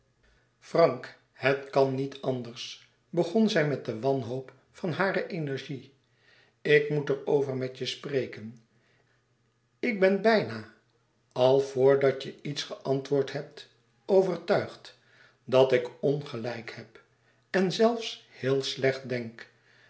frank het kan niet anders begon zij met de wanhoop van hare energie ik moet er over met je spreken ik ben bijna al vr dat je iets geantwoord hebt overtuigd dat ik ongelijk heb en zelfs heel slecht denk